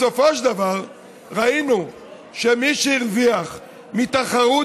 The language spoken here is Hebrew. בסופו של דבר ראינו שמי שהרוויח מתחרות